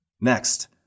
Next